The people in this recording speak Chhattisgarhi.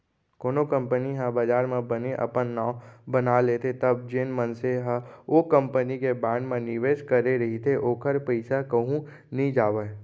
कोनो कंपनी ह बजार म बने अपन नांव बना लेथे तब जेन मनसे ह ओ कंपनी के बांड म निवेस करे रहिथे ओखर पइसा कहूँ नइ जावय